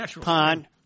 Pond